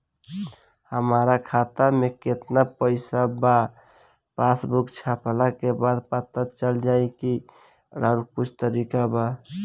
हमरा खाता में केतना पइसा बा पासबुक छपला के बाद पता चल जाई कि आउर कुछ तरिका बा?